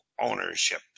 ownership